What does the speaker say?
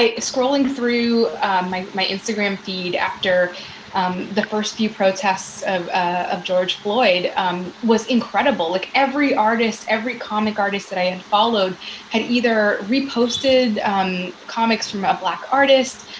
ah scrolling through my my instagram feed after the first few protests of of george floyd was incredible. like every artist, every comic artist that i had followed had either re reposted comics from a black artist,